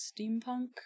steampunk